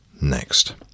next